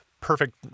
perfect